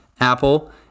Apple